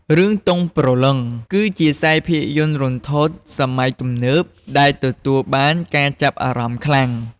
រឿង ទង់ព្រលឹង គឺជាខ្សែភាពយន្តរន្ធត់សម័យទំនើប ដែលទទួលបានការចាប់អារម្មណ៍ខ្លាំង។